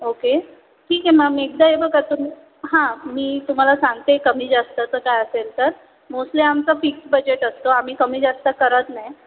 okay ठीक आहे ma'am एकदा हे बघा तुम हां मी तुम्हाला सांगते कमी जास्तचं काय असेल तर मोस्टली आमचा फिक्स्ट बजेट असतो आम्ही कमी जास्त करत नाही